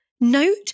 note